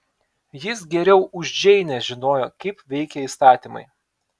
jis geriau už džeinę žinojo kaip veikia įstatymai